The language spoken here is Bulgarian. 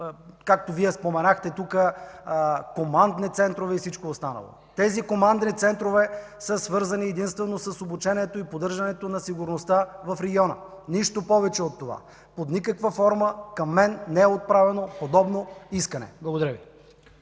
както Вие споменахте тук – командни центрове и всичко останало. Тези командни центрове са свързани единствено с обучението и поддържането на сигурността в региона, нищо повече от това. Под никаква форма към мен не е отправяно подобно искане. Благодаря Ви.